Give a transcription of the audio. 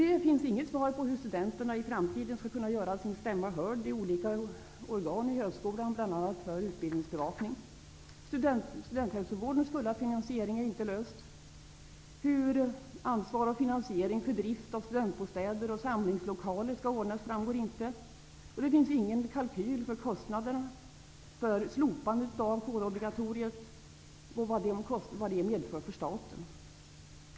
Det finns inget besked om hur studenterna i framtiden skall kunna göra sin stämma hörd i olika organ i högskolan för bl.a. utbildningsbevakning. Studenthälsovårdens fulla finansiering är inte löst. Hur ansvar för finansiering och drift av studentbostäder och samlingslokaler skall ordnas framgår inte. Det finns ingen kalkyl för vilka kostnader slopandet av kårobligatoriet medför för staten.